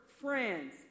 friends